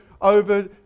over